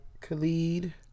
Khalid